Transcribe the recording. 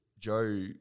joe